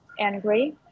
angry